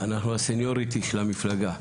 אנחנו הסניורים של המפלגה,